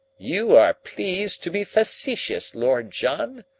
you are pleased to be facetious, lord john,